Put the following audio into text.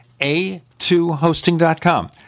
A2Hosting.com